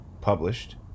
published